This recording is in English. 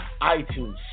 iTunes